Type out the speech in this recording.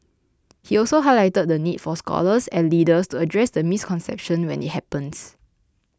he also highlighted the need for scholars and leaders to address the misconceptions when it happens